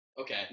okay